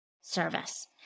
service